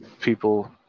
people